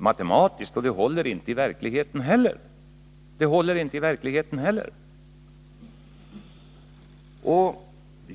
Det resonemanget håller inte matematiskt och inte heller i verkligheten.